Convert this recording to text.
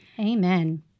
Amen